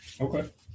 okay